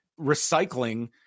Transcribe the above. recycling